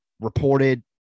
reported